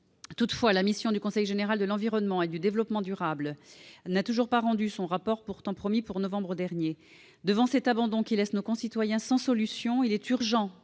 Toutefois, la mission du Conseil général de l'environnement et du développement durable n'a toujours pas rendu son rapport pourtant promis pour novembre dernier. Devant cet abandon qui laisse nos concitoyens sans solution, il est urgent